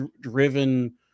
driven